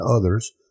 others